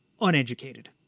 uneducated